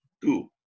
Two